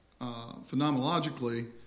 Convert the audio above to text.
phenomenologically